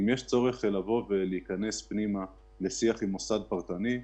צורך להיכנס לשיח עם מוסד פרטני,